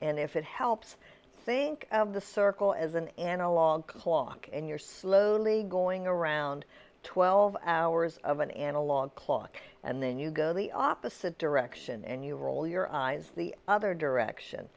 and if it helps think of the circle as an analog clock and you're slowly going around twelve hours of an analog clock and then you go the opposite direction and you roll your eyes the other direction